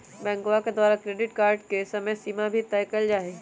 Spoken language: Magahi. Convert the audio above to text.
बैंकवा के द्वारा क्रेडिट कार्ड के समयसीमा भी तय कइल जाहई